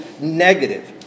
negative